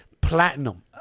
platinum